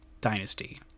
dynasty